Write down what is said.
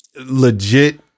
legit